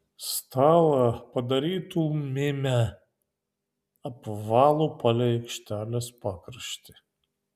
stalą padarytumėme apvalų palei aikštelės pakraštį